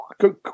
go